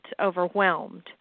overwhelmed